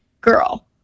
girl